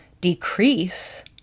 decrease